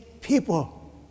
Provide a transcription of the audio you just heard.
people